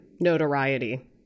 Notoriety